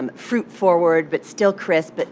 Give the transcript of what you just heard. and fruit-forward, but still crisp, but